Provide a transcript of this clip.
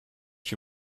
she